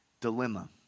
dilemma